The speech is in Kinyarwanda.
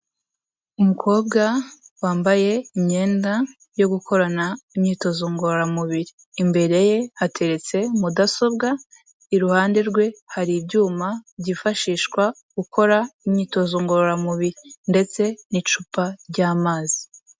Umukobwa wambaye imyenda yo gukorana imyitozo ngororamubiri, imbere ye hateretse mudasobwa, iruhande rwe hari ibyuma byifashishwa gukora imyitozo ngororamubiri ndetse n'icupa ry'amazi.